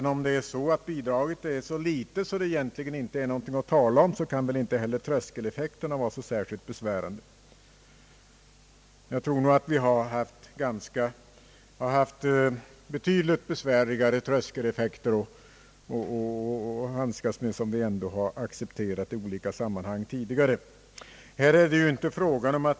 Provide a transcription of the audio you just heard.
Om bidraget är så litet att det inte är någonting att tala om kan väl inte heller tröskeleffekterna vara så särskilt besvärande. Jag tror att vi har haft betydligt mera besvärliga tröskeleffekter att handskas med vilka vi ändå i olika sammanhang har accepterat.